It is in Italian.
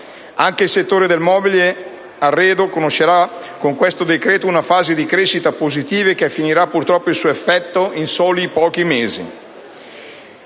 Anche il settore del mobile e dell'arredo conoscerà con questo decreto una fase di crescita positiva, che esaurirà purtroppo il suo effetto in soli sei mesi.